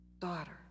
daughter